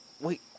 Wait